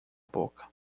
boca